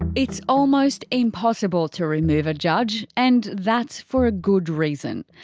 and it's almost impossible to remove a judge and that's for a good reason.